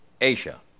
Asia